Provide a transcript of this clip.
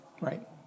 right